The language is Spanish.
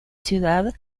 ciudad